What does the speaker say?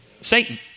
Satan